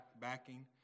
backing